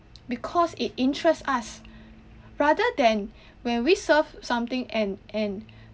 because it interests us rather than when we surf something and and